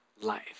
life